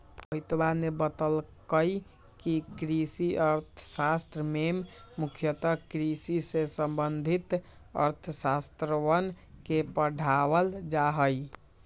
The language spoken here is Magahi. मोहितवा ने बतल कई कि कृषि अर्थशास्त्र में मुख्यतः कृषि से संबंधित अर्थशास्त्रवन के पढ़ावल जाहई